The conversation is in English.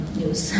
news